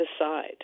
aside